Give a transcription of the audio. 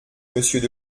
monsieur